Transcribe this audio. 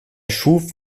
schuf